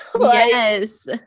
Yes